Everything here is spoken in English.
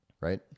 right